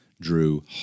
drew